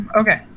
okay